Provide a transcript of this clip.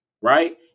Right